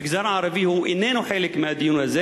המגזר הערבי איננו חלק מהדיון הזה.